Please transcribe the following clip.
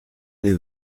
aller